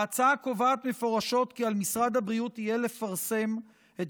ההצעה קובעת מפורשות כי על משרד הבריאות יהיה לפרסם את